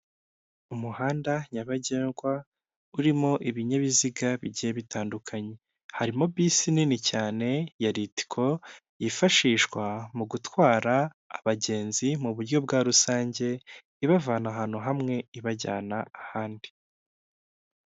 Umuhanda nyabagendwa urimo ibinyabiziga bigiye bitandukanye, harimo bisi nini cyane yaRitico yifashishwa mu gutwara abagenzi mu buryo bwa rusange ibavana ahantu hamwe ibajyana ahandi.